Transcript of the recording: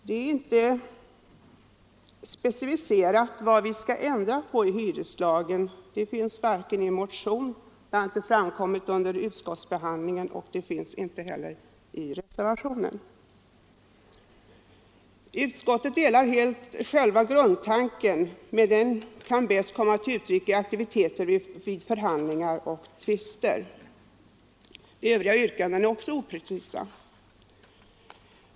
Det är inte specificerat vad vi skall ändra på i hyreslagen — det finns inte med i motionen, det har inte framkommit under utskottsbehandlingen och det står inte heller i reservationen. Utskottet delar helt själva grundtanken, men den kan bäst komma till uttryck i aktiviteter vid förhandlingar och tvister. Övriga yrkanden är också oprecisa.